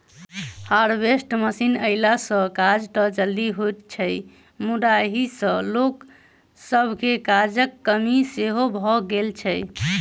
harvester machine अयला सॅ काज त जल्दी होइत छै मुदा एहि सॅ लोक सभके काजक कमी सेहो भ गेल छै